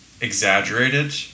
exaggerated